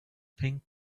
pink